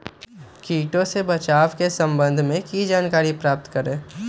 किटो से बचाव के सम्वन्ध में किसी जानकारी प्राप्त करें?